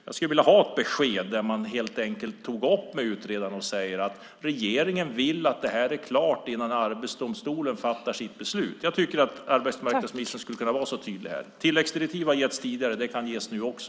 Jag skulle vilja ha ett besked om att man helt enkelt säger till utredaren att regeringen vill att detta ska vara klart innan Arbetsdomstolen fattar sitt beslut. Jag tycker att arbetsmarknadsministern skulle kunna vara så tydlig här. Tilläggsdirektiv har getts tidigare. Det kan ges nu också.